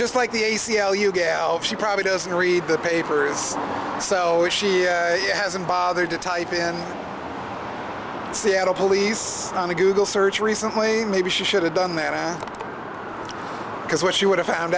just like the a c l u gal she probably doesn't read the paper is so if she hasn't bothered to type in seattle police on a google search recently maybe she should have done that because what she would have found